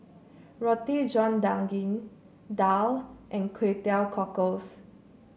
Roti John Daging Daal and Kway Teow Cockles